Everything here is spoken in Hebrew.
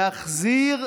להחזיר,